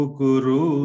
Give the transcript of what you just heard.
guru